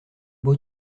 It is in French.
beau